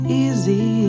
easy